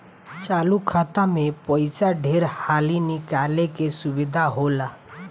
चालु खाता मे पइसा ढेर हाली निकाले के सुविधा होला